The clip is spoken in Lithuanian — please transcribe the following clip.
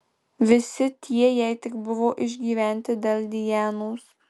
visi tie jei tik buvo išgyventi dėl dianos